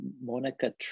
Monica